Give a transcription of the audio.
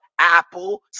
Apple